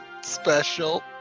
special